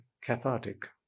cathartic